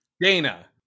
Dana